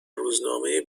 روزنامه